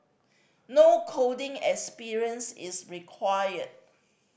no coding experience is required